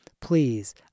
please